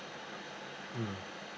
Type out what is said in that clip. mmhmm mmhmm